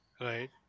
Right